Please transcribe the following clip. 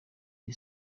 iri